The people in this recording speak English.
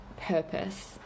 purpose